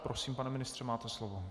Prosím, pane ministře, máte slovo.